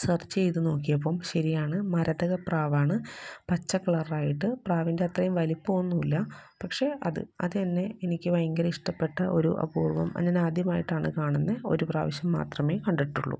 search ചെയ്ത് നോക്കിയപ്പം ശരിയാണ് മരതക പ്രാവാണ് പച്ച കളർ ആയിട്ട് പ്രാവിൻ്റെ അത്രയും വലുപ്പം ഒന്നുമില്ല പക്ഷെ അത് അത് തന്നെ എനിക്ക് ഭയങ്കര ഇഷ്ട്ടപ്പെട്ട ഒരു അപൂർവം ഞാൻ ആദ്യമായിട്ടാണ് കാണുന്നത് ഒരു പ്രാവിശ്യം മാത്രമേ കണ്ടിട്ടുള്ളൂ